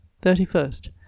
Thirty-first